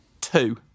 Two